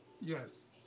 Yes